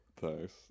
thanks